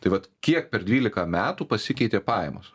tai vat kiek per dvylika metų pasikeitė pajamos